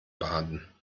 baden